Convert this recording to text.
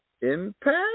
Impact